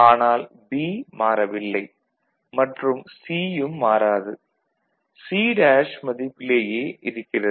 ஆனால் B மாறவில்லை மற்றும் C யும் மாறாது C' மதிப்பிலேயே இருக்கிறது